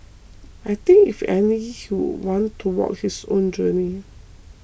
I think if anything he would want to walk his own journey